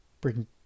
bring